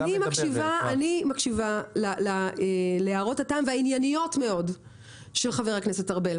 אני מקשיבה להערות הטעם והענייניות מאוד של חבר הכנסת ארבל,